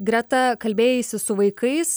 greta kalbėjaisi su vaikais